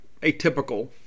atypical